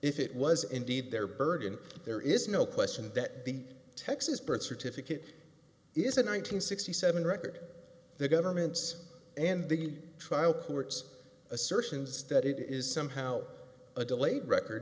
if it was indeed their burden there is no question that the texas birth certificate is a nine hundred sixty seven record their governments and big trial courts assertions that it is somehow a delayed record